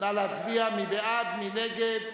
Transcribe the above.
ההצעה להפוך את הצעת חוק פיקוח על בתי-ספר (תיקון,